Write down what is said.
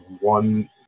one